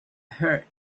heard